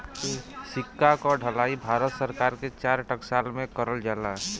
सिक्का क ढलाई भारत सरकार के चार टकसाल में करल जाला